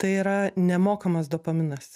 tai yra nemokamas dopaminas